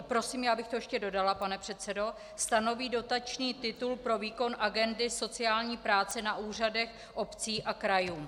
Prosím, já bych to ještě dodala, pane předsedo stanoví dotační titul pro výkon agendy sociální práce na úřadech obcí a krajů.